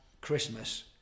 Christmas